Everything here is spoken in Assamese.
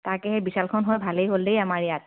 তাকে হে বিশালখন হোৱা ভালেই হ'ল দেই আমাৰ ইয়াত